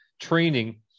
training